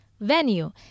Venue